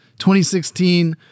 2016